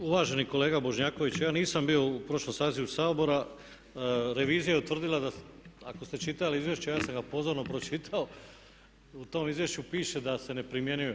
Uvaženi kolega Bošnjaković ja nisam bio u prošlom sazivu Sabora, revizija je utvrdila ako ste čitali izvješće, a ja sam ga pozorno pročitao, u tom izvješću piše da se ne primjenjuje.